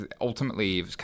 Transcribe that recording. ultimately